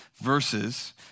Verses